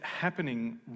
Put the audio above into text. happening